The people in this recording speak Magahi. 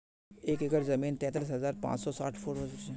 एक एकड़ जमीन तैंतालीस हजार पांच सौ साठ वर्ग फुट हो छे